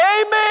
amen